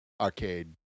arcade